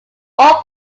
all